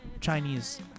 Chinese